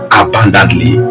abundantly